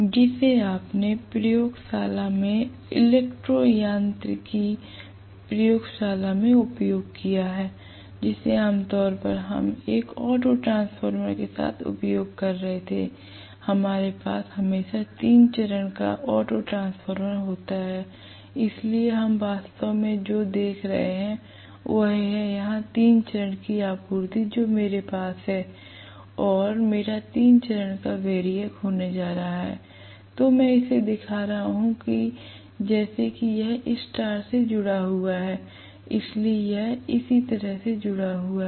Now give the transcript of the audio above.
जिसे आपने प्रयोगशाला में इलेक्ट्रो यांत्रिकी प्रयोगशाला में उपयोग किया है जिसे आमतौर पर हम एक ऑटो ट्रांसफार्मर के साथ उपयोग कर रहे थे हमारे पास हमेशा तीन चरण का ऑटो ट्रांसफार्मर होता था इसलिए हम वास्तव में जो देख रहे हैं वह है यहां तीन चरण की आपूर्ति जो मेरे पास है और मेरा तीन चरण का वैरियक होने जा रहा है मैं इसे दिखा रहा हूं जैसे कि यह स्टार से जुड़ा हुआ है इसलिए यह इसी तरह से जुड़ा हुआ है